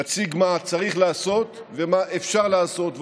נציג מה צריך לעשות ומה אפשר לעשות,